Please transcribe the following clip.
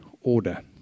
order